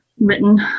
written